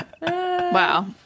Wow